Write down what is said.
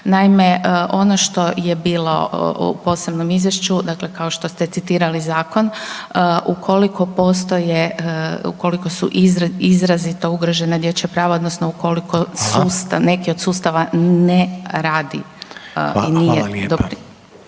Naime, ono što je bilo u posebnom izvješću dakle kao što ste citirali zakon, ukoliko postoje ukoliko su izrazito ugrožena dječja prava odnosno ukoliko neki od sustava …/Upadica Reiner: